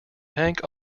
tank